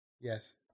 Yes